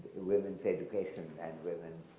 women pay depression and women